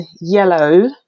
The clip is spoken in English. yellow